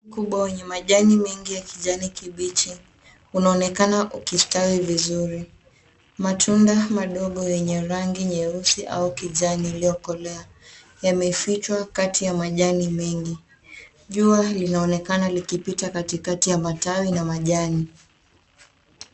Ukubwa wa majani mengi ya kijani kibichi. Unaonekana ukistawi vizuri. Matunda madogo yenye rangi nyeusi au kijani iliyokolea yamefichwa kati ya majani mengi. Jua linaonekana likipita katikati ya matawi na majani.